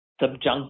Subjunctive